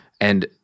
And-